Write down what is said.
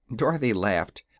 dorothy laughed.